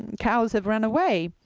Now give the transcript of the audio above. cows have run away.